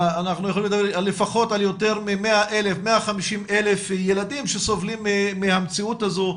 אנחנו יכולים לדבר על לפחות 150,000 שסובלים מהמציאות הזו,